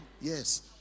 Yes